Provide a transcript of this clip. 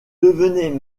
devenaient